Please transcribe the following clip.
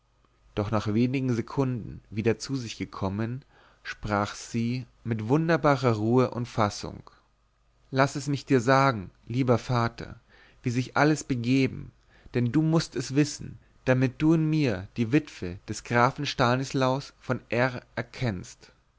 doch nach wenigen sekunden wieder zu sich selbst gekommen sprach sie mit wunderbarer ruhe und fassung laß es mich dir sagen lieber vater wie sich alles begeben denn du mußt es wissen damit du in mir die witwe des grafen stanislaus von r erkennest